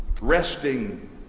Resting